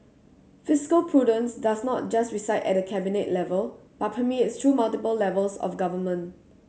fiscal prudence does not just reside at the Cabinet level but permeates through multiple levels of government